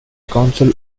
council